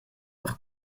per